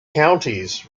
counties